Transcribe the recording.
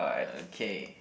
okay